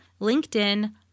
LinkedIn